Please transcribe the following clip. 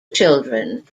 children